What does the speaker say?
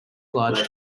large